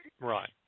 Right